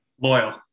Loyal